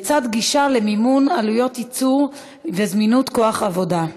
לצד גישה למימון, עלויות ייצור וזמינות כוח עבודה.